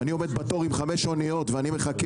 ואני עומד בתור עם 5 אוניות ומחכה,